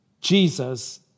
Jesus